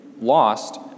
lost